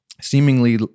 Seemingly